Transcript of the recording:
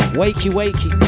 wakey-wakey